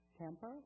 temper